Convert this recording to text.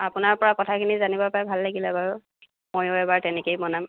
আপোনাৰ পৰা কথাখিনি জানিব পাই ভাল লাগিলে বাৰু ময়ো এইবাৰ তেনেকৈয়ে বনাম